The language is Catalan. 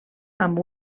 amb